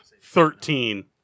Thirteen